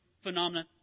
phenomenon